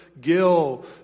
Gill